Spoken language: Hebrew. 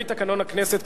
לפי תקנון הכנסת,